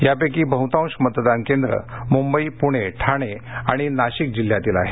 यापैकी बहुतांश मतदान केंद्र मुंबई पुणे ठाणे आणि नाशिक जिल्ह्यातील आहेत